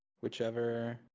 Whichever